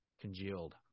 congealed